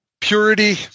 purity